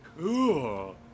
Cool